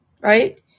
Right